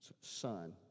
son